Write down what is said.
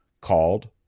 called